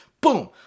Boom